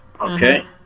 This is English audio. Okay